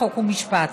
חוק ומשפט.